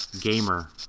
gamer